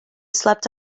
slept